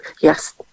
yes